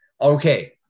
Okay